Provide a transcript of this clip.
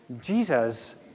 Jesus